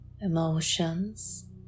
emotions